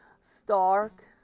Stark